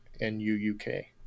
N-U-U-K